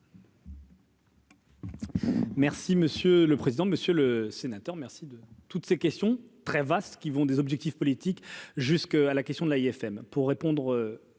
Merci monsieur le président, Monsieur le Sénateur merci de. Toutes ces questions très vaste, qui vont des objectifs politiques jusqu'à la question de l'AFM